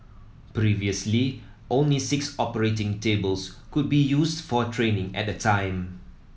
previously only six operating tables could be used for training at a time